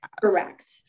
Correct